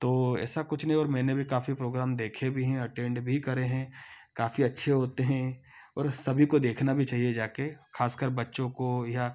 तो ऐसा कुछ नहीं है और मैंने भी काफी प्रोग्राम देखे भी हैं अटेंड भी करे हैं काफ़ी अच्छे होते हैं और सभी को देखना भी चाहिए जा कर खास कर बच्चों को या